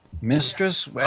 mistress